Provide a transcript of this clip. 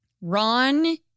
Ron-